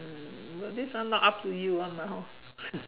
um but this one not up to you [one] lah hor